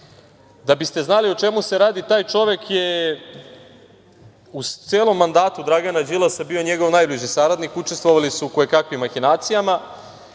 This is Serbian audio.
Da biste znali o čemu se radi, taj čovek je u celom mandatu Dragana Đilasa bio njegov najbliži saradnik, učestvovali su u koje-kakvim mahinacijama